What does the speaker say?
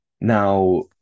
Now